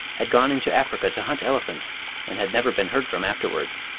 had gone into africa to hunt elephants and had never been heard from afterwards.